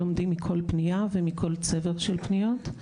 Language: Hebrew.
לומדים מכל פניה ומכל צבר של פניות.